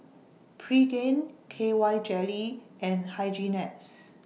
Pregain K Y Jelly and Hygin X